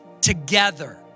together